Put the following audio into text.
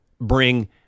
bring